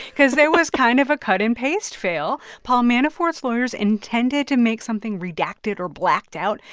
because there was kind of a cut and paste fail. paul manafort's lawyers intended to make something redacted or blacked out,